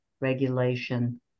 regulation